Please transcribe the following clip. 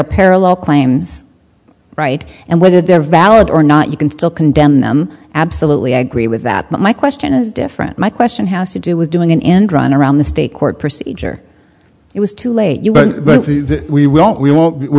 are parallel claims right and whether they're valid or not you can still condemn them absolutely i agree with that but my question is different my question house to do with doing an end run around the state court procedure it was too late but we don't we won't we